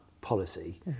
policy